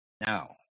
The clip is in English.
Now